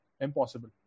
Impossible